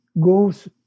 goes